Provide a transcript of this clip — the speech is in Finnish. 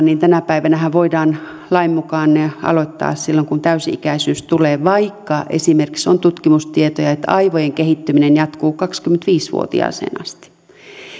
niin tänä päivänähän lain mukaan ne voidaan aloittaa silloin kun täysi ikäisyys tulee vaikka esimerkiksi on tutkimustietoa että aivojen kehittyminen jatkuu kaksikymmentäviisi vuotiaaksi asti